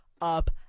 up